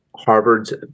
Harvard's